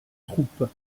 troupes